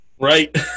Right